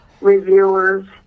reviewers